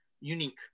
unique